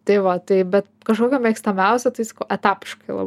tai va tai bet kažkokio mėgstamiausio tai sakau etapiškai labai